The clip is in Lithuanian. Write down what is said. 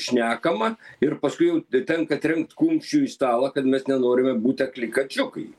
šnekama ir paskui jau tenka trenkt kumščiu į stalą kad mes nenorime būt akli kačiukai